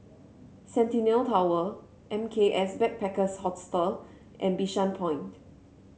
Centennial Tower M K S Backpackers Hostel and Bishan Point